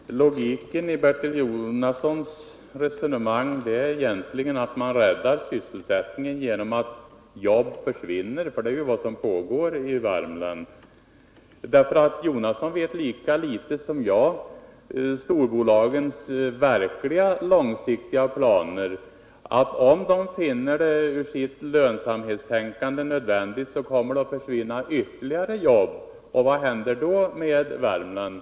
Herr talman! Logiken i Bertil Jonassons resonemang är egentligen att man räddar sysselsättningen genom att jobb försvinner, för det är vad som pågår i Värmland. Bertil Jonasson känner lika litet som jag till storbolagens verkliga långsiktiga planer. Om bolagen mot bakgrund av sitt lönsamhetstänkande finner det nödvändigt, kommer det att försvinna ytterligare jobb. Vad händer då med Värmland?